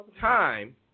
time